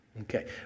Okay